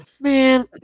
Man